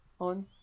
on